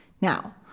Now